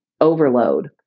overload